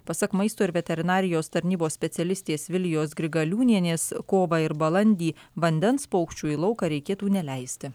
pasak maisto ir veterinarijos tarnybos specialistės vilijos grigaliūnienės kovą ir balandį vandens paukščių į lauką reikėtų neleisti